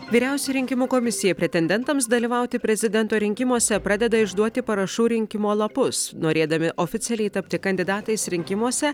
vyriausioji rinkimų komisija pretendentams dalyvauti prezidento rinkimuose pradeda išduoti parašų rinkimo lapus norėdami oficialiai tapti kandidatais rinkimuose